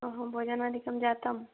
अहो भोजनादिकं जातं